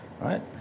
right